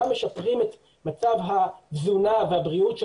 אנחנו גם משפרים את מצב התזונה והבריאות של